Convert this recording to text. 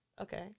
Okay